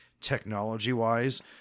technology-wise